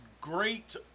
great